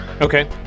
Okay